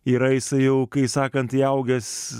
yra jisi jau kai sakant įaugęs